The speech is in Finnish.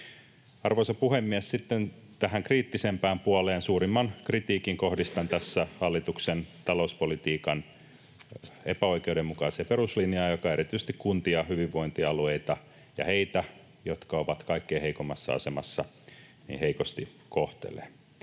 Arvoisa puhemies! Sitten tähän kriittisempään puoleen. Suurimman kritiikin kohdistan hallituksen talouspolitiikan epäoikeudenmukaiseen peruslinjaan, joka kohtelee heikosti erityisesti kuntia ja hyvinvointialueita ja heitä, jotka ovat kaikkein heikoimmassa asemassa. Vaikka